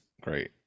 great